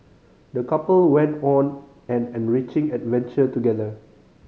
the couple went on an enriching adventure together